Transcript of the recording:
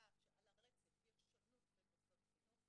אני יודעת שעל הרצף יש שונות בין מוסדות חינוך,